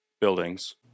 buildings